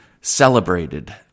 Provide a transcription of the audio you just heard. celebrated